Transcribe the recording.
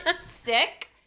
sick